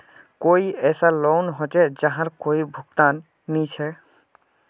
कोई ऐसा लोन होचे जहार कोई भुगतान नी छे?